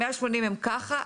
המאה שמונים הם ככה,